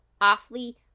awfully